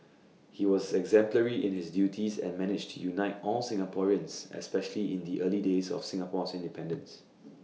he was exemplary in his duties and managed to unite all Singaporeans especially in the early days of Singapore's independence